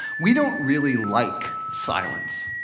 we don't really like silence.